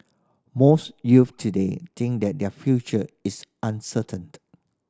most youth today think that their future is uncertain